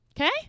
Okay